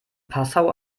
passau